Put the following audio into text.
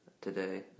today